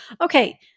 Okay